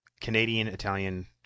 Canadian-Italian